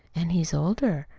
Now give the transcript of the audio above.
an' he's older.